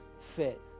fit